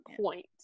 point